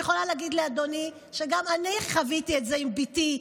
אני יכולה להגיד לאדוני שגם אני חוויתי את זה עם בתי,